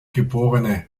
geb